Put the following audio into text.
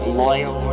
loyal